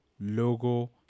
logo